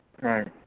right